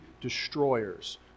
destroyers